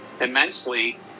immensely